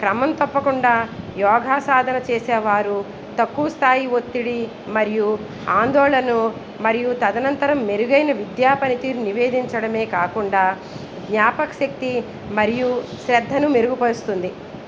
క్రమం తప్పకుండా యోగా సాధన చేసేవారు తక్కువ స్థాయి ఒత్తిడి మరియు ఆందోళను మరియు తదనంతరం మెరుగైన విద్యా పరిధి నివేదించడమే కాకుండా జ్ఞాపకశక్తి మరియు శ్రద్ధను మెరుగుపరుస్తుంది